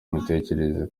imitekerereze